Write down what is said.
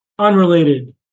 unrelated